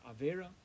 avera